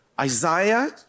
Isaiah